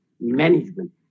management